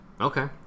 Okay